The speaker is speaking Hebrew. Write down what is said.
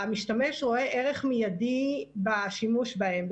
המשתמש רואה ערך מיידי בשימוש בהן,